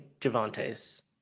Javante's